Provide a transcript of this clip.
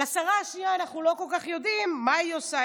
על השרה השנייה אנחנו לא כל כך יודעים מה היא עושה,